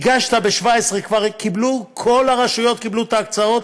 הגשת ב-2017, כבר כל הרשויות קיבלו את ההקצאות,